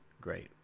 great